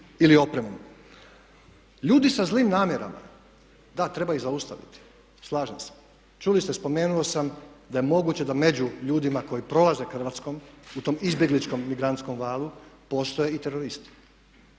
ili opremom. Ljudi sa zlim namjerama, da, treba ih zaustaviti, slažem se, čuli ste, spomenuo sam da je moguće da među ljudima koji prolaze Hrvatskom u tom izbjegličkom migrantskom valu postoje i teroristi.